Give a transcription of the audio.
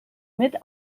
mit